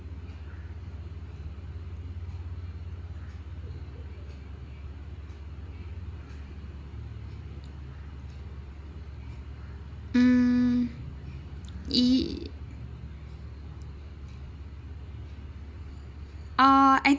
mm !ee! uh I